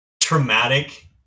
traumatic